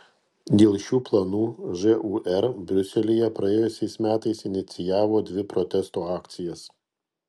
dėl šių planų žūr briuselyje praėjusiais metais inicijavo dvi protesto akcijas